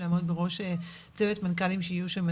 לעמוד בראש צוות מנכ"לים שיהיו שם,